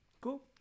Cool